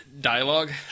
dialogue